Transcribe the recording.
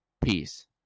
Peace